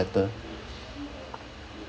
later